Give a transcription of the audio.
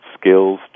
skills